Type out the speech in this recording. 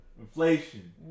inflation